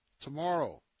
tomorrow